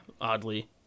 Oddly